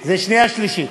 זה שנייה ושלישית.